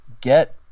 get